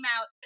out